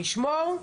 נשמור,